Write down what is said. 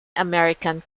american